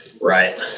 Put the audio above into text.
Right